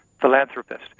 philanthropist